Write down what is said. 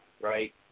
right